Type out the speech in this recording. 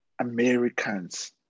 Americans